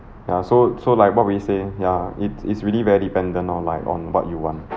ya so so like what we say ya it's it's really very dependent on like on what you want